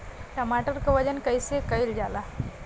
टमाटर क वजन कईसे कईल जाला?